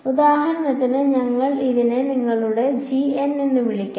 ഉദാഹരണത്തിന് ഞങ്ങൾക്ക് ഇതിനെ നിങ്ങളുടേത് എന്ന് വിളിക്കാം